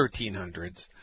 1300s